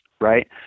right